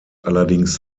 allerdings